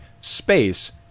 space